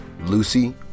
Lucy